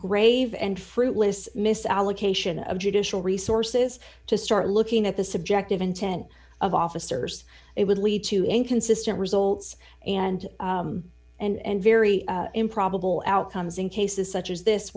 grave and fruitless misallocation of judicial resources to start looking at the subjective intent of officers it would lead to inconsistent results and and very improbable outcomes in cases such as this